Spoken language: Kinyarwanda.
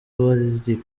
bari